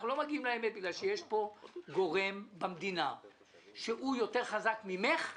אנחנו לא מגיעים לאמת בגלל שיש פה גורם במדינה שיותר חזק ממך וממני.